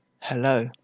Hello